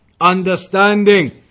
Understanding